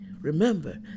Remember